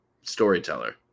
storyteller